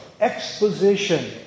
exposition